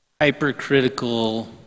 hypercritical